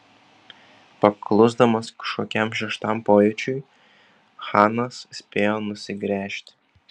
paklusdamas kažkokiam šeštajam pojūčiui chanas spėjo nusigręžti